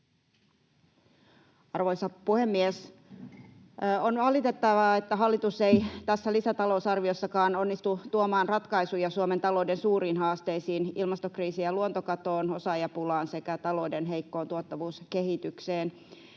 Arvoisa puhemies! On valitettavaa, että hallitus ei tässä lisätalousarviossakaan onnistu tuomaan ratkaisuja Suomen talouden suuriin haasteisiin ilmastokriisiin ja luontokatoon, osaajapulaan sekä talouden heikkoon tuottavuuskehitykseen.